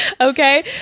okay